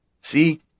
See